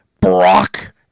Brock